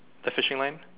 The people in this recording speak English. a fishing line